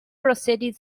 proceeded